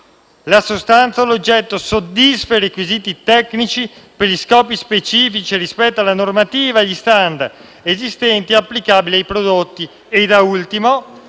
la sostanza o l'oggetto soddisfa i requisiti tecnici per gli scopi specifici e rispetta la normativa e gli *standard* esistenti applicabili ai prodotti; *d)* l'utilizzo